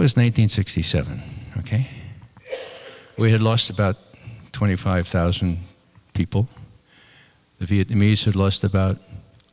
was nine hundred sixty seven ok we had lost about twenty five thousand people the vietnamese had lost about